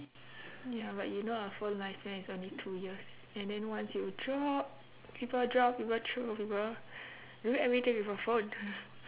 ya but you know a phone lifespan is only two years and then once you drop people drop people throw people you do everything with a phone